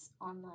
online